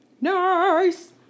Nice